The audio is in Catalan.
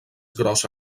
grossa